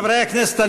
(הישיבה נפסקה בשעה 11:03 ונתחדשה בשעה 11:07.) חברי הכנסת,